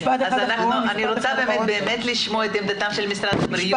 אני רוצה באמת לשמוע את עמדת משרד הבריאות.